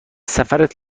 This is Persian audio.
سفرت